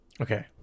Okay